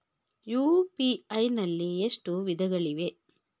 UPI ನಲ್ಲಿ ಎಷ್ಟು ವಿಧಗಳಿವೆ?